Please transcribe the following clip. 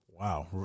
wow